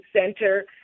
center